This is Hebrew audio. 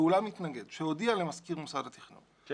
ואולם מתנגד שהודיע למזכיר משרד התכנון שהוא